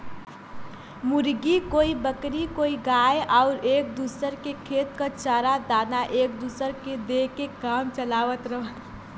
मुर्गी, कोई बकरी कोई गाय आउर एक दूसर के खेत क चारा दाना एक दूसर के दे के काम चलावत रहल